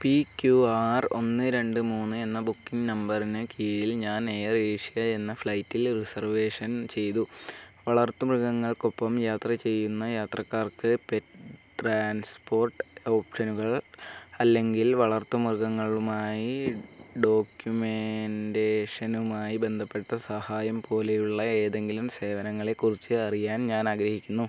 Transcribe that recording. P Q R ഒന്ന് രണ്ട് മൂന്ന് എന്ന ബുക്കിങ് നമ്പറിന് കീഴിൽ ഞാൻ എയർ ഏഷ്യ എന്ന ഫ്ലൈറ്റിൽ റിസർവേഷൻ ചെയ്തു വളർത്തുമൃഗങ്ങൾക്കൊപ്പം യാത്ര ചെയ്യുന്ന യാത്രക്കാർക്ക് പെറ്റ് ട്രാൻസ്പോർട്ട് ഓപ്ഷനുകൾ അല്ലെങ്കിൽ വളർത്തുമൃഗങ്ങളുമായി ഡോക്യുമെന്റേഷനുമായി ബന്ധപ്പെട്ട സഹായം പോലെയുള്ള ഏതെങ്കിലും സേവനങ്ങളെക്കുറിച്ച് അറിയാൻ ഞാൻ ആഗ്രഹിക്കുന്നു